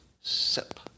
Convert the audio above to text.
sip